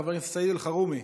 חבר הכנסת סעיד אלחרומי,